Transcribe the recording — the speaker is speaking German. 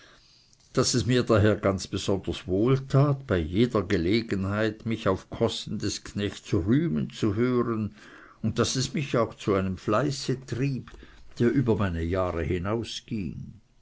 daß es mir daher ganz besonders wohltat bei jeder gelegenheit mich auf kosten des knechts rühmen zu hören daß es mich auch zu einem fleiße trieb der über meine jahre